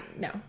no